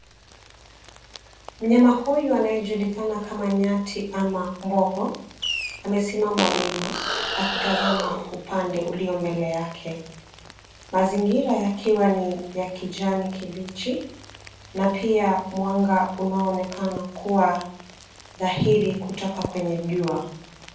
Mnyama huyu anayejulikana kama Nyati ama mbogo amesimama wima akitazama upande ulio mbele yake, mazingira yakiwa ni ya kijani kibichi na pia mwanga unaonekana kuwa dhahiri kutoka kwenye jua.